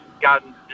gotten